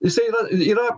jisai yra yra